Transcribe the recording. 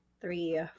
Three